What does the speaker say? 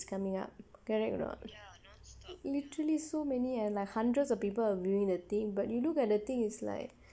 coming up correct or not literally so many and like hundreds of people are viewing the thing but you look at the thing is like